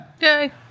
Yay